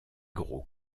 gros